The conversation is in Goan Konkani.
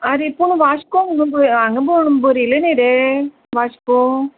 आरे पूण वास्को हांगा हांगा बरयले न्ही रे वास्को